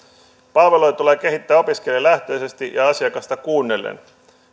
palveluja tulee kehittää opiskelijalähtöisesti ja asiakasta kuunnellen